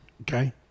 Okay